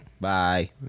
Bye